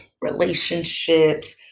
relationships